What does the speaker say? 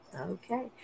Okay